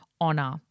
honor